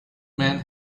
man